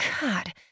God